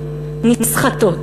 נסחטות.